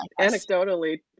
anecdotally